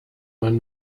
man